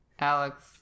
Alex